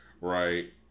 right